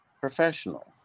professional